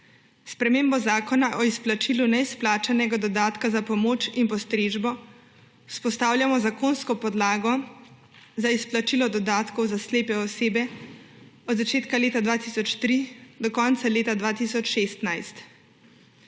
sprejetjem zakona o izplačilu neizplačanega dodatka za pomoč in postrežbo vzpostavljamo zakonsko podlago za izplačilo dodatkov za slepe osebe od začetka leta 2003 do konca leta 2016.